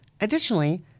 Additionally